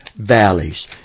valleys